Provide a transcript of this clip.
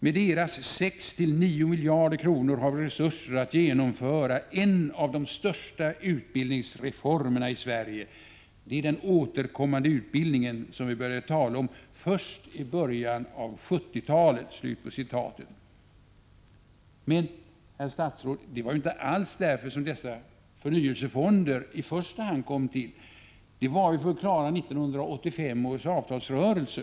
Med deras 6 till 9 miljarder kronor har vi resurser att genomföra en av de största utbildningsreformerna i Sverige. Det är den återkommande utbildningen, som vi började tala om först i början av 1970-talet. Men, herr statsråd, det var ju inte alls därför som dessa förnyelsefonder i första hand kom till. Det var ju för att klara 1985 års avtalsrörelse.